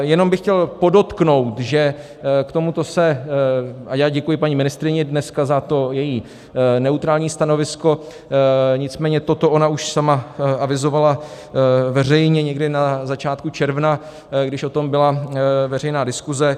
Jenom bych chtěl podotknout, že k tomuto se a já děkuji paní ministryni dneska za to její neutrální stanovisko, nicméně toto ona už sama avizovala veřejně někdy na začátku června, když o tom byla veřejná diskuse.